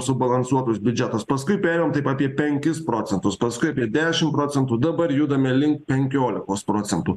subalansuotus biudžetus paskui perėjom taip apie penkis procentus paskui apie dešim procentų dabar judame link penkiolikos procentų